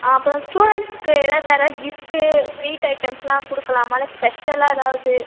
ஆ அப்புறம் ஸ்டூடெண்ட்ஸ்க்கு எதாவது வேறு எதாவது கிஃப்ட்டு ஸ்வீட் ஐட்டம்ஸ்லாம் கொடுக்கலாமா இல்லை ஸ்பெஷலாக ஏதாவது